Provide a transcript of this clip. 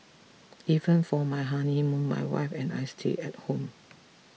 even for my honeymoon my wife and I stayed at home